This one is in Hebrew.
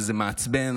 שזה מעצבן,